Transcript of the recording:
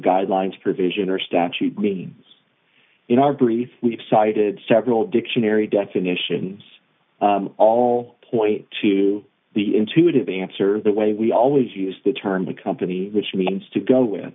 guidelines provision or statute reads in our brief we've cited several dictionary definitions all point to the intuitive answer the way we always use the term the company which means to go with